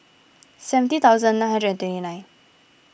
seventy thousadn nine hundred and twenty nine